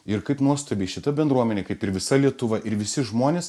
ir kaip nuostabiai šita bendruomenė kaip ir visa lietuva ir visi žmonės